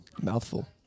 Mouthful